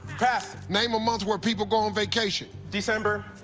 pass. name a month where people go on vacation. december.